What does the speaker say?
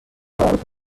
معروف